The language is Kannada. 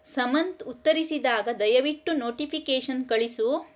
ಸಮಂತ್ ಉತ್ತರಿಸಿದಾಗ ದಯವಿಟ್ಟು ನೋಟಿಫಿಕೇಶನ್ ಕಳಿಸು